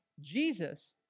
Jesus